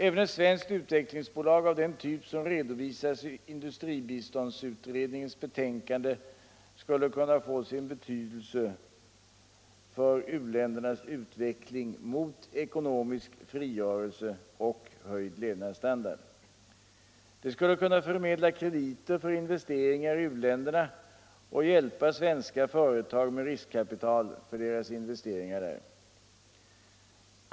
Även ett svenskt utvecklingsbolag av den typ som redovisas i industribiståndsutredningens betänkande skulle kunna få sin betydelse för u-ländernas utveckling mot ekonomisk frigörelse och höjd levnadsstandard. Det skulle kunna förmedla krediter för investeringar i u-länderna och hjälpa svenska företag med riskkapital för deras investeringar där.